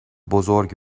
بزرگ